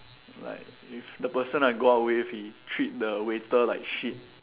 like if the person I go out with he treat the waiter like shit